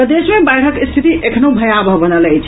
प्रदेश मे बाढ़िक स्थिति एखनहँ भयावह बनल अछि